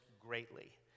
greatly